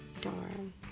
Darn